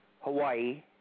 Hawaii